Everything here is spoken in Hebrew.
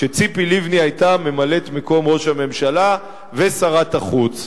כשציפי לבני היתה ממלאת-מקום ראש הממשלה ושרת החוץ.